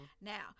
Now